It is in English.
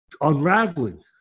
unraveling